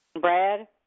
Brad